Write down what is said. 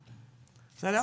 באמת זוכר